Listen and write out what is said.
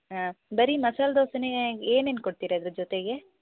ಹಾಂ ಬರೀ ಮಸಾಲೆ ದೋಸೆನೇ ಏನೇನು ಕೊಡ್ತೀರ ಅದರ ಜೊತೆಗೆ